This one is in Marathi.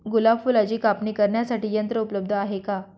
गुलाब फुलाची कापणी करण्यासाठी यंत्र उपलब्ध आहे का?